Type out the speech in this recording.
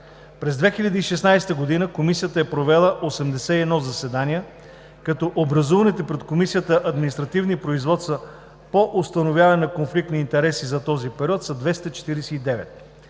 През 2016 г. Комисията е провела 81 заседания, като образуваните пред Комисията административни производства по установяване на конфликт на интереси за този период е 249.